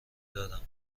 دادم